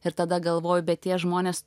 ir tada galvoju bet tie žmonės